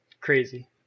crazy